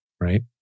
right